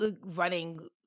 running